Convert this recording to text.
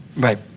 right,